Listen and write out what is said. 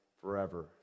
forever